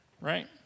right